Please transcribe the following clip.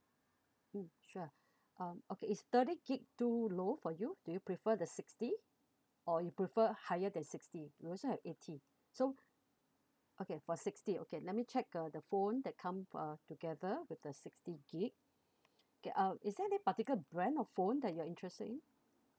mm sure um okay is thirty gig too low for you do you prefer the sixty or you prefer higher than sixty we also have eighty so okay for sixty okay let me check uh the phone that come uh together with the sixty gig okay uh is there any particular brand of phone that you are interested in